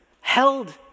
held